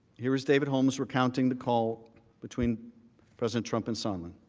here is david holmes recounting the call between president trump and sondland.